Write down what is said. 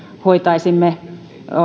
hoitaisimme